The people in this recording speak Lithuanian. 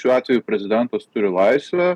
šiuo atveju prezidentas turi laisvę